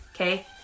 okay